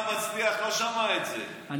רינה מצליח לא שמעה את זה,